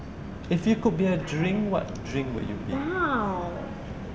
if you could be a drink what drink would you be